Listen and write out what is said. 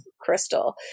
Crystal